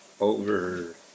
over